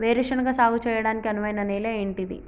వేరు శనగ సాగు చేయడానికి అనువైన నేల ఏంటిది?